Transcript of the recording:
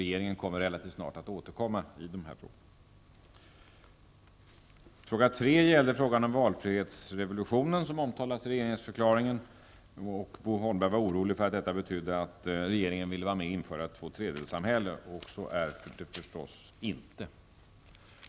Regeringen återkommer relativt snart i dessa frågor. Fråga tre gällde valfrihetsrevolutionen, som omtalas i regeringsförklaringen, och Bo Holmberg var orolig för att detta betydde att regeringen ville införa ett tvåtredjedelssamhälle. Så är det naturligtvis inte.